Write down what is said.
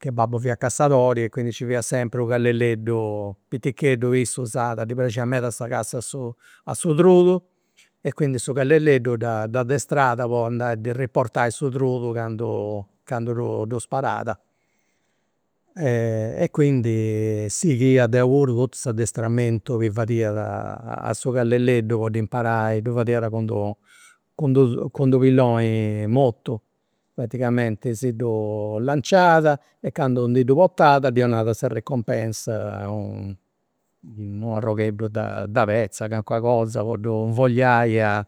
Che babbu fiat cassadori e quindi nci fiat sempri u' calleleddu piticheddu, issu usat, ddi praxiat meda sa cassa a su a su trudu e quindi su calleleddu dd'addestrat po andai a ddi riportai su trudu candu candu ddu sparat. E quindi ddu sighia deu puru totu s'addestramentu chi fadiat a su calleleddu po ddu imparai, ddu fadiat cun dd'unu pilloni mortu, praticamenti si ddu lanciat e candu ndi ddu portat ddi 'onat sa ricompensa u' arrogheddu de petza, calincuna cosa po ddu invogliai a